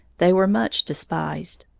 they were much despised.